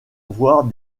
voire